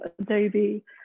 Adobe